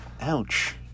ouch